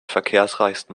verkehrsreichsten